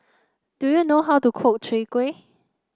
do you know how to cook Chwee Kueh